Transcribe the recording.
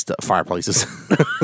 fireplaces